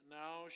now